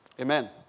Amen